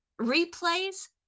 replays